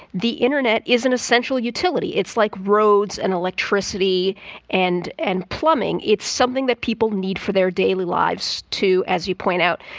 the internet is an essential utility. it's like roads and electricity and and plumbing. it's something that people need for their daily lives to, as you point out,